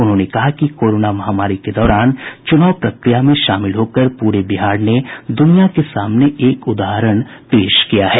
उन्होंने कहा कि कोरोना महामारी के दौरान चुनाव प्रक्रिया में शामिल होकर पूरे बिहार ने दुनिया के सामने एक उदाहरण प्रस्तुत किया है